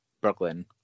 Brooklyn